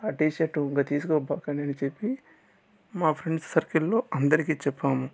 ఆ T shirt ఇంగ తీసుకోమాకండి అని చెప్పి మా ఫ్రెండ్స్ సర్కిల్లో అందరికి చెప్పాము